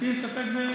מציע להסתפק בדברי.